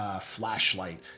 flashlight